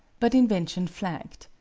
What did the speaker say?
but invention flagged.